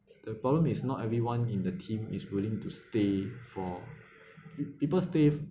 the problem is not everyone in the team is willing to stay for it people stay